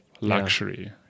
luxury